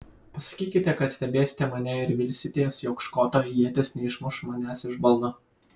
pasakykite kad stebėsite mane ir vilsitės jog škoto ietis neišmuš manęs iš balno